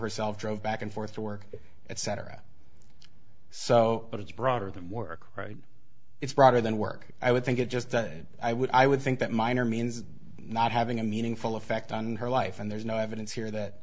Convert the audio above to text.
herself drove back and forth to work etc so but it's broader than work right it's broader than work i would think it just that i would i would think that minor means not having a meaningful effect on her life and there's no evidence here that